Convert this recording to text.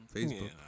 Facebook